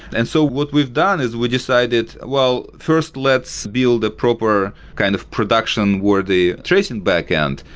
and so what we've done is we decided, well, first let's build a proper kind of production worthy tracing backend.